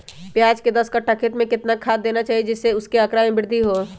प्याज के दस कठ्ठा खेत में कितना खाद देना चाहिए जिससे उसके आंकड़ा में वृद्धि हो?